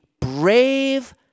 brave